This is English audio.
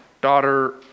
daughter